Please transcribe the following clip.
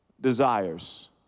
desires